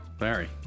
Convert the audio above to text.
Larry